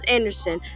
Anderson